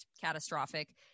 catastrophic